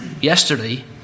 yesterday